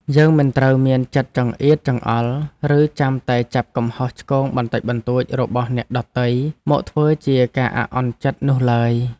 យើងមិនត្រូវមានចិត្តចង្អៀតចង្អល់ឬចាំតែចាប់កំហុសឆ្គងបន្តិចបន្តួចរបស់អ្នកដទៃមកធ្វើជាការអាក់អន់ចិត្តនោះឡើយ។